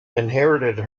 inherited